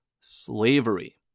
Slavery